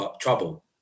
trouble